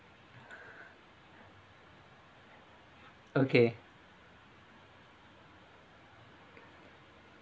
okay